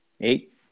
Eight